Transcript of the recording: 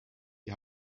die